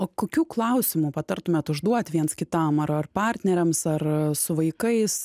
o kokių klausimų patartumėt užduot viens kitam ar ar partneriams ar su vaikais